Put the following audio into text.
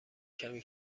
کمی